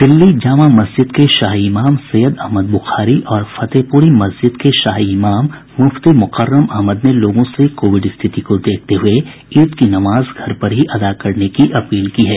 दिल्ली जामा मस्जिद के शाही इमाम सैयद अहमद बुखारी और फतेहपुरी मस्जिद के शाही इमाम मुफ्ती मुकर्रम अहमद ने लोगों से कोविड स्थिति को देखते हुए ईद की नमाज घर पर ही अदा करने की अपील की है